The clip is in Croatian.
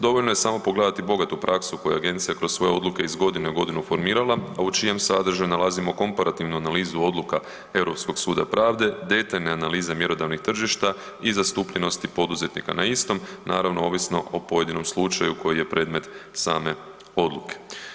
Dovoljno je samo pogledati bogatu praksu koje agencija kroz svoje odluke iz godine u godinu formirala, a u čijem sadržaju nalazimo komparativnu analizu odluka Europskog suda pravde, detaljne analize mjerodavnih tržišta i zastupljenosti poduzetnika na istom, naravno ovisno o pojedinom slučaju koji je predmet same odluke.